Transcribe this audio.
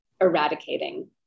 eradicating